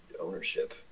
ownership